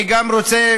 אני גם רוצה